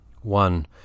One